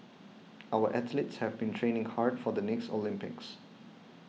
our athletes have been training hard for the next Olympics